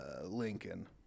Lincoln